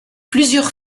plusieurs